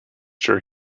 sure